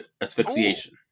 Asphyxiation